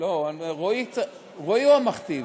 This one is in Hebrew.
לא, רועי הוא המכתיב.